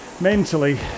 mentally